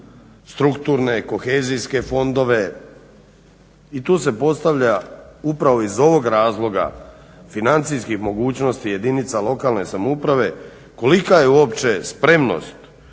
strukturne kohezijske fondove i tu se postavlja upravo iz ovoga razloga financijskih mogućnosti jedinica lokalne samouprave kolika je uopće spremnost